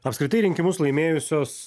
apskritai rinkimus laimėjusios